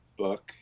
book